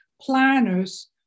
planners